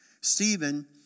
Stephen